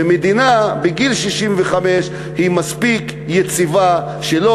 ומדינה בגיל 65 היא מספיק יציבה ולא